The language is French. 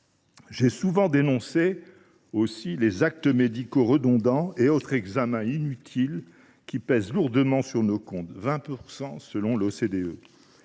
J’ai souvent dénoncé les actes médicaux redondants et autres examens inutiles, qui pèsent lourdement sur nos comptes et qui